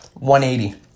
180